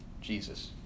Jesus